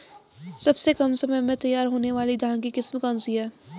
सबसे कम समय में तैयार होने वाली धान की किस्म कौन सी है?